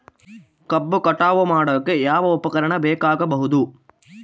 ಕಬ್ಬು ಕಟಾವು ಮಾಡೋಕೆ ಯಾವ ಉಪಕರಣ ಬೇಕಾಗಬಹುದು?